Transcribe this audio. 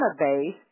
database